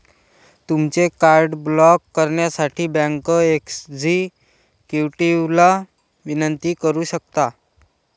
तुमचे card block करण्यासाठी bank एक्झिक्युटिव्हला विनंती करू शकता